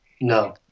no